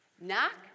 Knock